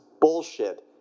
bullshit